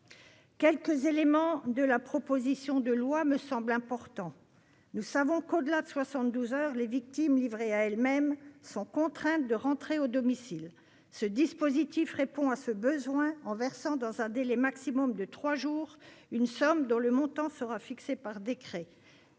Quelques éléments du texte me semblent particulièrement importants. Nous savons que, au-delà de soixante-douze heures, les victimes, livrées à elles-mêmes, sont contraintes de rentrer au domicile. Ce dispositif répond à ce problème en versant, dans un délai maximum de trois jours, une somme dont le montant sera fixé par décret.